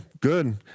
good